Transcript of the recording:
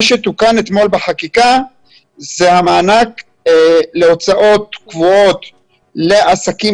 מה שתוקן אתמול בחקיקה זה המענק להוצאות קבועות לעסקים